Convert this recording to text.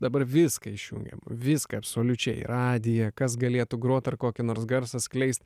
dabar viską išjungiam viską absoliučiai radiją kas galėtų grot ar kokį nors garsą skleist